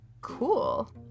cool